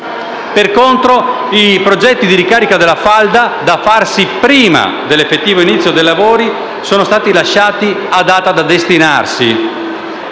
Per contro, i progetti di ricarica della falda, da farsi prima dell'effettivo inizio dei lavori, sono stati lasciati a data da destinarsi.